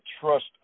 trust